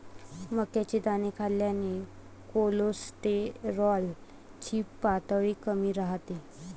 मक्याचे दाणे खाल्ल्याने कोलेस्टेरॉल ची पातळी कमी राहते